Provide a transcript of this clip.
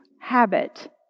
habit